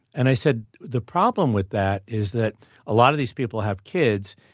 and i said, the problem with that is that a lot of these people have kids.